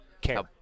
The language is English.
care